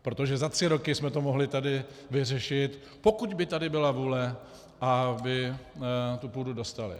Protože za tři roky jsme to mohli tady vyřešit, pokud by tady byla vůle, aby tu půdu dostaly.